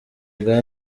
bwa